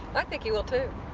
i think he will, too.